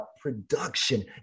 production